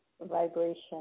vibration